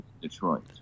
Detroit